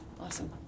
Awesome